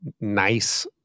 nice